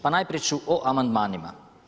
Pa najprije ću o amandmanima.